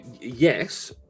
yes